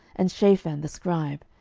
and shaphan the scribe,